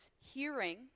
hearing